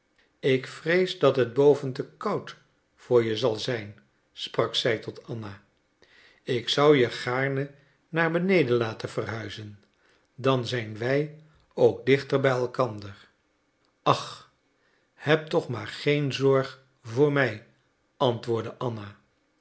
ik vrees dat het boven te koud voor je zal zijn sprak zij tot anna ik zou je gaarne naar beneden laten verhuizen dan zijn wij ook dichter bij elkander ach heb toch maar geen zorg voor mij antwoordde anna